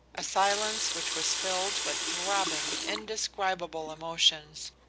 a silence which was filled with throbbing, indescribable emotions,